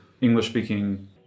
English-speaking